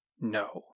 No